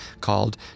called